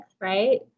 right